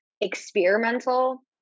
experimental